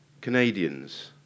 Canadians